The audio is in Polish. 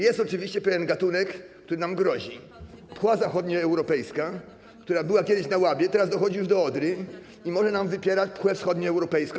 Jest oczywiście pewien gatunek, który nam grozi - pchła zachodnioeuropejska, która była kiedyś na Łabie, teraz dochodzi już do Odry i może nam wypierać pchłę wschodnioeuropejską.